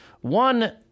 One